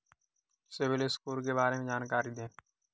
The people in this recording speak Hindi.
सिबिल स्कोर के बारे में जानकारी दें?